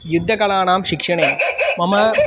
युद्धकलानां शिक्षणे मम